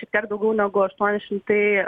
šiek tiek daugiau negu aštuoni šimtai